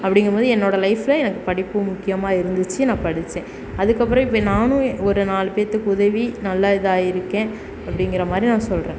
அப்படிங்கும் போது என்னோட லைஃபில் எனக்கு படிப்பு முக்கியமாக இருந்துச்சி நான் படித்தேன் அதுக்கப்பறம் இப்போ நானும் ஒரு நாலு பேற்றுக்கு உதவி நல்லாக இதாக ஆகிருக்கேன் அப்படிங்கிற மாதிரி நான் சொல்கிறேன்